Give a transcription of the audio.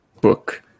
book